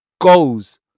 goals